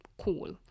Cool